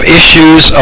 issues